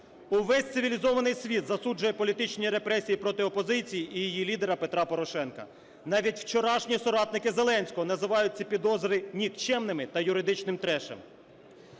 Увесь цивілізований світ засуджує політичні репресії проти опозиції і її лідера Петра Порошенка. Навіть вчорашні соратники Зеленського називають ці підозри нікчемними та юридичним трешем.